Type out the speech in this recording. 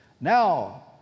now